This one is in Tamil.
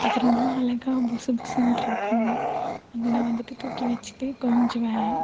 அது ரொம்ப அழகா பொசு பொசுனுகிட்டு இருக்கும் அதை நான் வந்துட்டு தூக்கி வச்சிகிட்டு கொஞ்சுவேன்